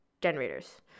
generators